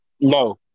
No